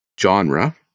genre